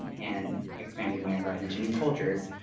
and expanding my horizons and new cultures